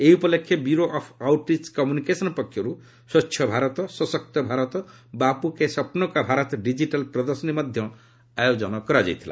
ଏହି ଉପଲକ୍ଷେ bureau of outreach communication ପକ୍ଷରୁ ସ୍ୱଚ୍ଛ ଭାରତ ସଶକ୍ତ ଭାରତ ବାପୁ କେ ସ୍ୱପ୍ନ କା ଭାରତ ଡିଜିଟାଲ୍ ପ୍ରଦର୍ଶନୀ ମଧ୍ୟ ଆୟୋଜନ କରାଯାଇଥିଲା